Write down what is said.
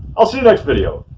i'll see you next video.